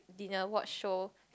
dinner watch show